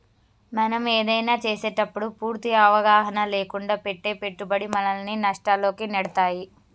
మనం ఏదైనా చేసేటప్పుడు పూర్తి అవగాహన లేకుండా పెట్టే పెట్టుబడి మనల్ని నష్టాల్లోకి నెడతాయి